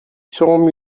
sont